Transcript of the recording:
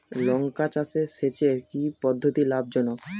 লঙ্কা চাষে সেচের কি পদ্ধতি লাভ জনক?